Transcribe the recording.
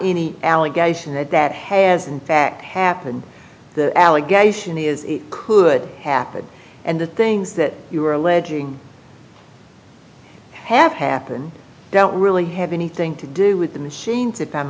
any allegation that that has in fact happened the allegation is it could happen and the things that you are alleging have happened don't really have anything to do with the machines i